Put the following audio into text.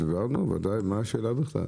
מה השאלה בכלל?